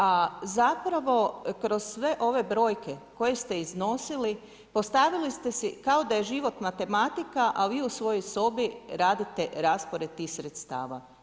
A zapravo kroz sve ove brojke koje ste iznosili postavili ste se kao da je životna tematika, a vi u svojoj sobi radite raspored tih sredstava.